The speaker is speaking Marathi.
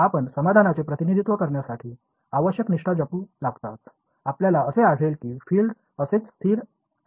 आपण समाधानाचे प्रतिनिधित्व करण्यासाठी आवश्यक निष्ठा जपू लागताच आपल्याला असे आढळेल की फील्ड्स असेच स्थिर आहेत